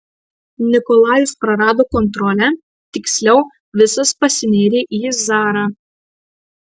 nikolajus prarado kontrolę tiksliau visas pasinėrė į zarą